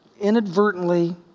inadvertently